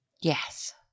yes